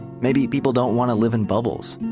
maybe people don't want to live in bubbles.